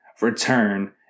return